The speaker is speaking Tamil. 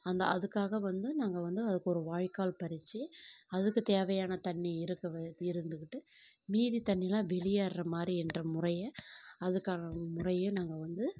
அந்த அதுக்காக வந்து நாங்கள் வந்து அதுக்கு ஒரு வாய்கால் பறித்து அதுக்கு தேவையான தண்ணி இருக்குது இருந்துக்கிட்டு மீதி தண்ணியெலாம் வெளியேர்கிற மாதிரி என்ற முறையை அதுக்கான முறையும் நாங்கள் வந்து